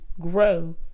grow